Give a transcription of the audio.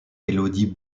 élodie